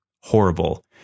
horrible